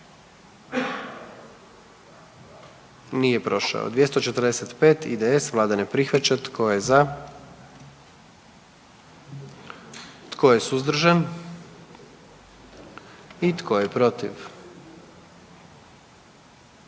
zastupnika SDP-a, vlada ne prihvaća. Tko je za? Tko je suzdržan? Tko je protiv?